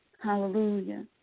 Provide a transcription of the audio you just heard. Hallelujah